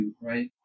right